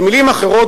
במלים אחרות,